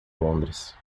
londres